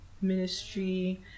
ministry